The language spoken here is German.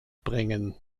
bringen